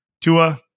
Tua